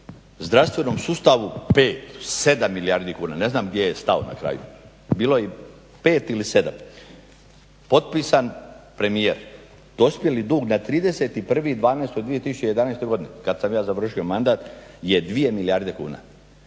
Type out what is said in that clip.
u zdravstvenom sustavu 5, 7 milijardi kuna. Ne znam gdje je stao na kraju, bilo je 5 ili 7. Potpisan premijer. Dospjeli dug na 31.12.2011. godine kad sam ja završio mandat je 2 milijarde kuna.